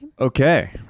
Okay